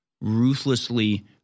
ruthlessly